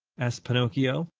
asked pinocchio.